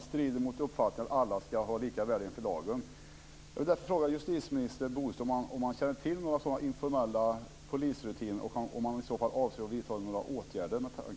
Det strider mot uppfattningen att alla ska ha lika värde inför lagen.